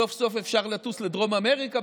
סוף-סוף אפשר לטוס לדרום אמריקה,